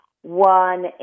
one